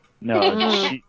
No